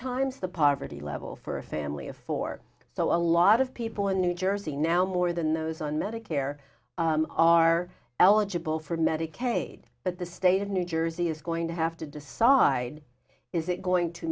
times the poverty level for a family of four so a lot of people in new jersey now more than those on medicare are eligible for medicaid but the state of new jersey is going to have to decide is it going to